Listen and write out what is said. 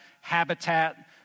habitat